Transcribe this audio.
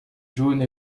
jaune